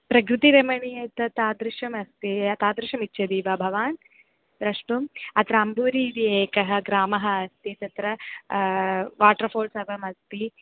प्रकृतिरमणी एतत् तादृशमस्ति तादृशम् इच्छति वा भवान् द्रष्टुम् अत्र अम्बूरि इति एकः ग्रामः अस्ति तत्र वाटर्फ़ाल्स् सर्वमस्ति